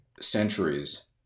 centuries